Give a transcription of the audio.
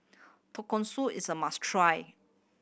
tonkatsu is a must try